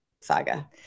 saga